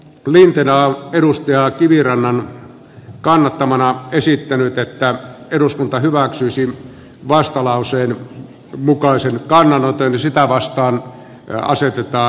alimpina edustaja kivirannan kannattamana esittänyt että eduskunta hyväksyisi vastalauseen mukaisen kannanoton sitä arvoisa puhemies